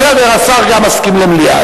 בסדר, השר גם מסכים למליאה.